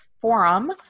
forum